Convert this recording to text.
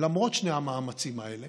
למרות שני המאמצים האלה